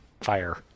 fire